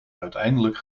uiteindelijk